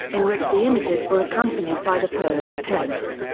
in which the images were accompanied by the poem's text.